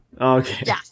Okay